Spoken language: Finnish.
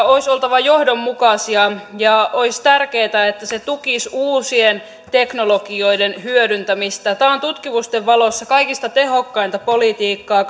olisi oltava johdonmukaisia ja olisi tärkeätä että se tukisi uusien teknologioiden hyödyntämistä tämä on tutkimusten valossa kaikista tehokkainta politiikkaa